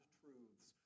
truths